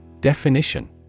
Definition